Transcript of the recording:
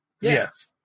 Yes